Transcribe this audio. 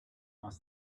must